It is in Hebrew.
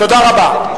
תודה רבה.